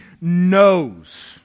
knows